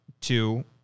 two